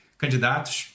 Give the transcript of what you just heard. candidatos